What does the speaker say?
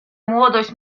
młodość